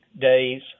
days